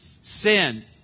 sin